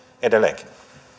edelleenkin